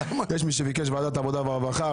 יש מי שביקש את ועדת העבודה והרווחה,